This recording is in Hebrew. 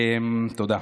תודה.